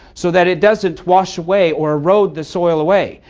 so that it doesn't wash away or erode the soil away,